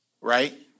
right